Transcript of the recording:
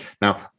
now